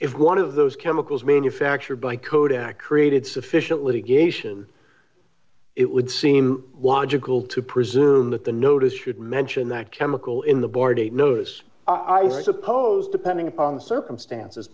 if one of those chemicals manufactured by kodak created sufficient litigation it would seem logical to presume that the notice should mention that chemical in the board notice i suppose depending upon the circumstances